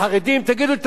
תגידו את האמת,